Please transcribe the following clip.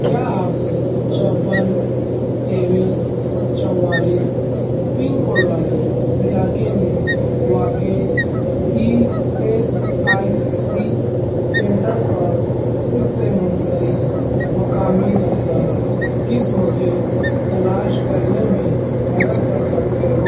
کیا آپ چوپن تیویس چوالیس پن کوڈ والے علاقے میں واقع E S I C centres اور اس سے منسلک مقامی دفتر قسم کے تلاش کرنے میں مدد کرسکتے ہو